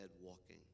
walking